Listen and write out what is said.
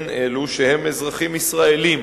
הם אלו שהם אזרחים ישראלים,